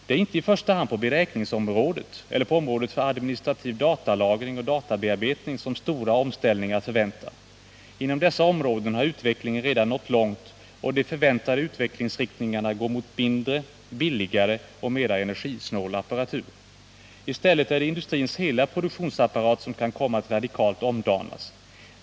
Det är inte i första hand på beräkningsområdet eller på området för administrativ datalagring och databearbetning som stora omställningar är att förvänta; inom dessa områden har utvecklingen redan nått långt och de förväntade utvecklingsriktningarna går mot mindre, billigare och mer energisnål apparatur. I stället är det industrins hela produktionsapparat som kan komma att radikalt omdanas.